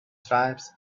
stripes